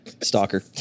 Stalker